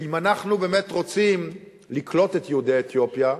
ואם אנחנו באמת רוצים לקלוט את יהודי אתיופיה,